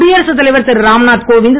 குடியரசுத் தலைவர் திருராம்நாத் கோவிந்த்